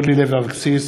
אורלי לוי אבקסיס,